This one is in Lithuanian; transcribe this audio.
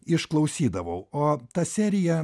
išklausydavau o ta serija